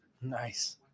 Nice